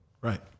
Right